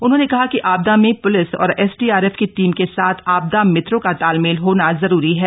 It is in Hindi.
उन्होंने कहा कि आपदा में पुलिस और एसडीआरएफ की टीम के साथ आपदा मित्रों का तालमेल होना जरूरी है